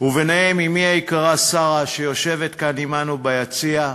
וביניהם אמי היקרה שרה, שיושבת כאן עמנו ביציע,